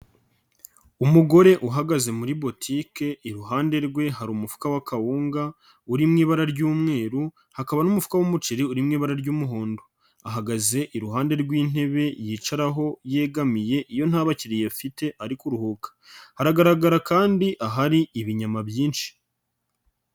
Umugore uhagaze muri botike iruhande rwe hari umufuka wa kawunga uri mu ibara ry'umweru hakaba n'umufuka w'umuceri uri mu ibara ry'umuhondo, ahagaze iruhande rw'intebe yicaraho yegamiye iyo nta bakiriya afite ari kuruhuka, hagaragara kandi ahari ibinyama byinshi.